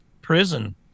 prison